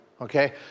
okay